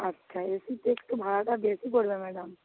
আচ্ছা এসিতে একটু ভাড়াটা বেশি পরবে ম্যাডাম